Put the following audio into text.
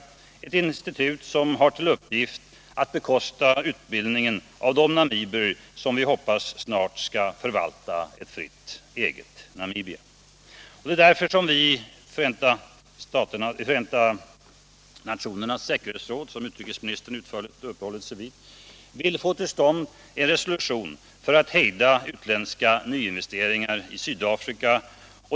Detta institut har som bekant till uppgift att bekosta utbildningen av de namibier som vi hoppas snart skall förvalta ett fritt Namibia. Det är därför som vi i FN:s säkerhetsråd — vilket utrikesministern utförligt uppehöll sig vid — vill få till stånd en resolution för att hejda utländska nyinvesteringar i Sydafrika.